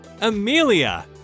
Amelia